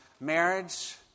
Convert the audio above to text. marriage